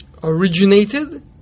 originated